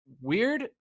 weird